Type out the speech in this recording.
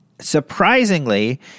Surprisingly